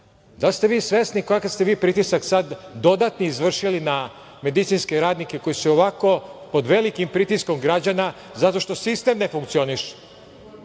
li ste vi svesni kakav ste vi pritisak sada dodatni izvršili na medicinske radnike koji su i ovako pod velikim pritiskom građana zato što sistem ne funkcioniše?